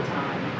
time